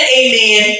amen